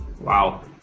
Wow